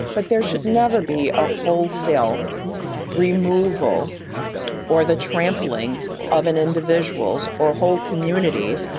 but there should never be a wholesale removal or the trampling of an individual's or whole communities,